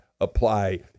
apply